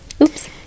oops